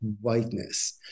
whiteness